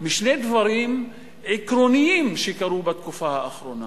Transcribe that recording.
משני דברים עקרוניים שקרו בתקופה האחרונה.